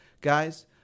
guys